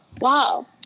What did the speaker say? Wow